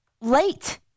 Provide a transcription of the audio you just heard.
late